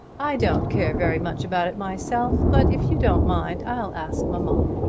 i don't care very much about it myself but if you don't mind i'll ask mamma.